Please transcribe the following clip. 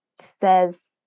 says